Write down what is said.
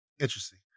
Interesting